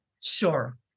Sure